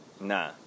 Nah